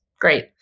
Great